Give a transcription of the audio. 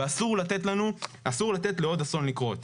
ואסור לתת לעוד אסון לקרות.